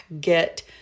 get